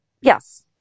Yes